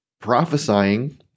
prophesying